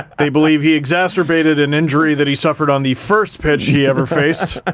they believe he exacerbated an injury that he suffered on the first pitch he ever faced,